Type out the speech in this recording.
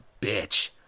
bitch